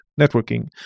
networking